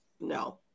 no